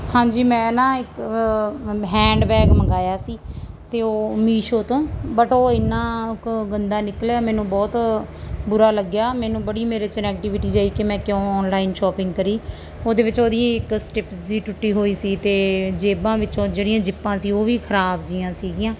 ਹਾਂਜੀ ਮੈਂ ਨਾ ਇੱਕ ਹੈਂਡ ਬੈਗ ਮੰਗਾਇਆ ਸੀ ਅਤੇ ਉਹ ਮੀਸ਼ੋ ਤੋਂ ਬਟ ਉਹ ਇੰਨਾ ਕੁ ਗੰਦਾ ਨਿਕਲਿਆ ਮੈਨੂੰ ਬਹੁਤ ਬੁਰਾ ਲੱਗਿਆ ਮੈਨੂੰ ਬੜੀ ਮੇਰੇ 'ਚ ਨੈਗਟੀਵਿਟੀਜ ਆਈ ਕਿ ਮੈਂ ਕਿਉਂ ਔਨਲਾਈਨ ਸ਼ੋਪਿੰਗ ਕਰੀ ਉਹਦੇ ਵਿੱਚ ਉਹਦੀ ਇੱਕ ਸਟਿਪ ਜਿਹੀ ਟੁੱਟੀ ਹੋਈ ਸੀ ਅਤੇ ਜੇਬਾਂ ਵਿੱਚੋਂ ਜਿਹੜੀਆਂ ਜ਼ਿੱਪਾਂ ਸੀ ਉਹ ਵੀ ਖਰਾਬ ਜਿਹੀਆਂ ਸੀਗੀਆਂ